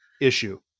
issue